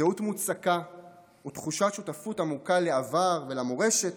זהות מוצקה ותחושת שותפות עמוקה לעבר ולמורשת,